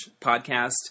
podcast